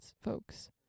folks